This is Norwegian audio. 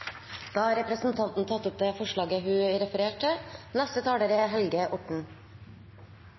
tatt opp det forslaget hun refererte til. Utvikling av ny teknologi er